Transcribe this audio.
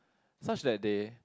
such that they